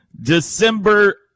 December